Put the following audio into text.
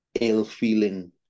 ill-feeling